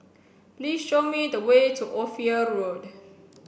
please show me the way to Ophir Road